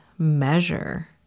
measure